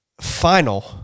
final